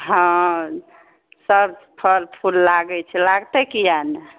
हँ सब फल फूल लागै छै लागतै किएक नहि